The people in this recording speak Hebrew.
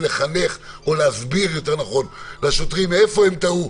ולחנך או להסביר יותר נכון לשוטרים איפה הם טעו,